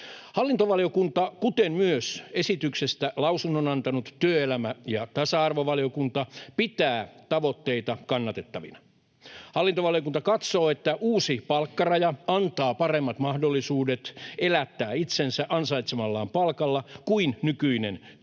Hallintovaliokunta, kuten myös esityksestä lausunnon antanut työelämä- ja tasa-arvovaliokunta pitää tavoitteita kannatettavina. Hallintovaliokunta katsoo, että uusi palkkaraja antaa paremmat mahdollisuudet elättää itsensä ansaitsemallaan palkalla kuin nykyinen